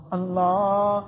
Allah